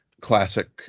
classic